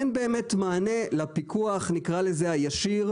אין באמת מענה לפיקוח נקרא לזה הישיר,